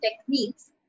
techniques